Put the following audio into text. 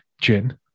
gin